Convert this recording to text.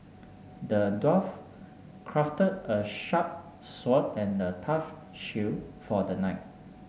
the dwarf crafted a sharp sword and a tough shield for the knight